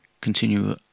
continue